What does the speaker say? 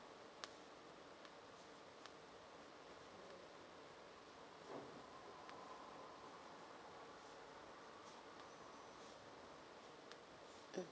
mm